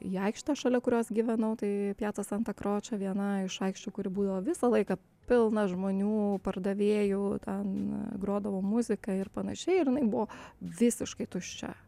į aikštę šalia kurios gyvenau tai piaca santa kročo viena iš aikščių kuri būdavo visą laiką pilna žmonių pardavėjų ten grodavo muzika ir panašiai ir jinai buvo visiškai tuščia